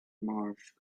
marsh